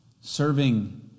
serving